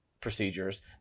procedures